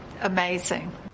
Amazing